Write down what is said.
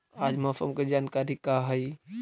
आज मौसम के जानकारी का हई?